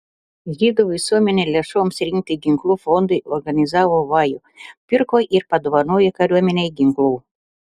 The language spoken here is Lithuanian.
žydų visuomenė lėšoms rinkti ginklų fondui organizavo vajų pirko ir padovanojo kariuomenei ginklų